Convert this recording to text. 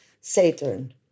Saturn